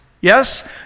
Yes